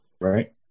right